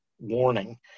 warning